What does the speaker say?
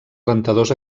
rentadors